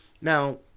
Now